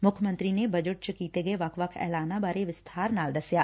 ਮੁੱਖ ਮੰਤਰੀ ਨੇ ਬਜਟ ਚ ਕੀਤੇ ਗਏ ਵੱਖ ਵੱਖ ਐਲਾਨਾ ਬਾਰੇ ਵਿਸਥਾਰ ਨਾਲ ਦਸਿਐ